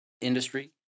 industry